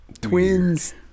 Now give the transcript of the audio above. twins